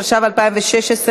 התשע"ו 2016,